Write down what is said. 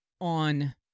on